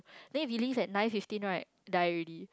then if you leave at nine fifteen right die already